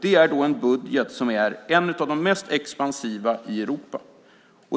Det är en budget som är en av de mest expansiva i Europa.